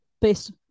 based